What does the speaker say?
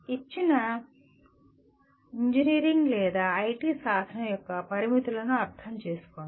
ఇచ్చిన ఇంజనీరింగ్ లేదా ఐటి సాధనం యొక్క పరిమితులను అర్థం చేసుకోండి